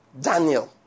Daniel